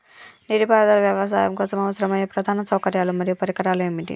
నీటిపారుదల వ్యవసాయం కోసం అవసరమయ్యే ప్రధాన సౌకర్యాలు మరియు పరికరాలు ఏమిటి?